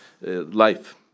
life